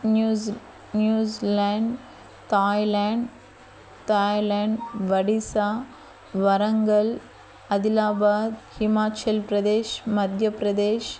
New Zealand Thailand Thailand Odisha Warangal Adilabad Himachal Pradesh Madhya Pradesh